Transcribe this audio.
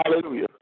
hallelujah